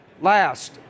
Last